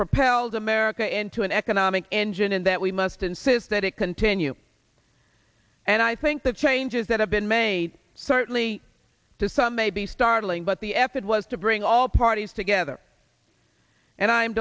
propelled america into an economic engine and that we must insist that it continue and i think the changes that have been made certainly to some may be startling but the effort was to bring all parties together and i'm